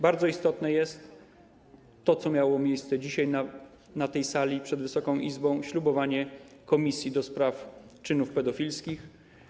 Bardzo istotne jest to, co miało miejsce dzisiaj na tej sali, przed Wysoką Izbą, chodzi o ślubowanie członków komisji do spraw czynów pedofilskich.